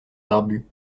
barbu